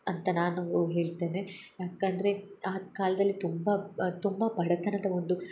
ಅಂತ ನಾನೂ ಹೇಳ್ತೇನೆ ಯಾಕೆ ಅಂದರೆ ಆ ಕಾಲದಲ್ಲಿ ತುಂಬ ತುಂಬ ಬಡತನದ ಒಂದು